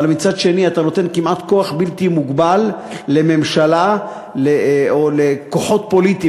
אבל מצד שני אתה נותן כוח כמעט בלתי מוגבל לממשלה או לכוחות פוליטיים,